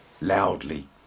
loudly